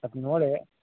ಸ್ವಲ್ಪ ನೋಡಿ